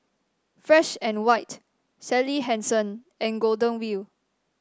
Fresh And White Sally Hansen and Golden Wheel